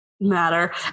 matter